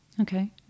Okay